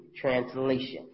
Translation